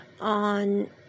on